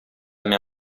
mia